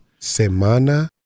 Semana